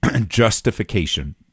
justification